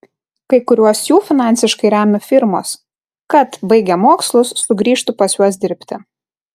kai kuriuos jų finansiškai remia firmos kad baigę mokslus sugrįžtų pas juos dirbti